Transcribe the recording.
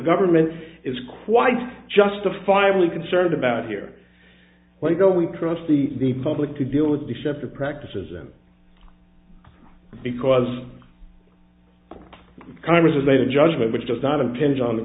government is quite justifiably concerned about here why don't we trust the the public to deal with deceptive practices and because congress has made a judgment which does not impinge on the